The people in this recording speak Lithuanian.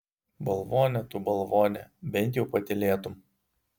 balvone tu balvone bent jau patylėtum